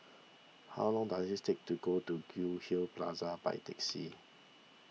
how long does its take to go to Goldhill Plaza by taxi